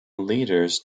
leaders